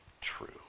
true